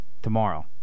tomorrow